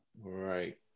right